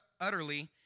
utterly